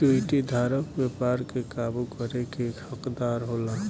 equity धारक व्यापार के काबू करे के हकदार होला